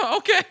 Okay